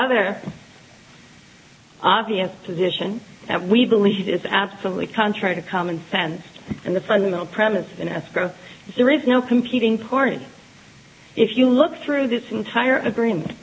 other obvious position that we believe is absolutely contrary to common sense and the fundamental premise in escrow is there is no competing party if you look through this entire agree